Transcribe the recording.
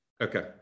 okay